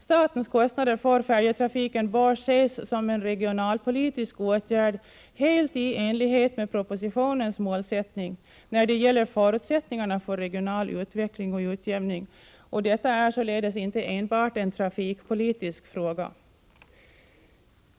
Statens kostnader för färjetrafiken bör ses som en regionalpolitisk åtgärd helt i enlighet med propositionens målsättning när det gäller förutsättningarna för regional utveckling och utjämning. Detta är således inte enbart en trafikpolitisk fråga.